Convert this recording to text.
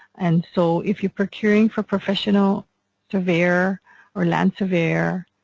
and so if you're procuring for professional surveyor or land surveyor,